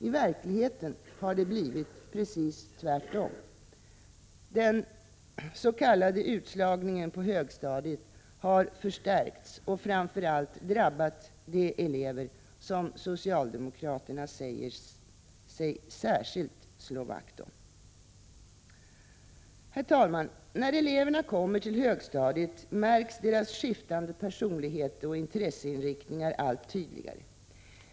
I verkligheten har det blivit precis tvärtom. Den s.k. utslagningen på högstadiet har förstärkts och framför allt drabbat de elever som socialdemokraterna säger sig slå vakt om. Herr talman! När eleverna kommer till högstadiet märks deras skiftande personligheter och intresseinriktningar allt tydligare.